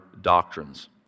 doctrines